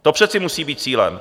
To přece musí být cílem.